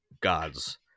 gods